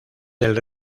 del